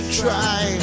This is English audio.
try